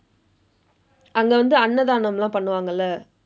அங்க வந்து அன்னதானம் எல்லாம் பண்ணுவாங்கல்ல:angka vandthu annathaanam ellaam pannuvaangkalla